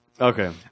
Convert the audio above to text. Okay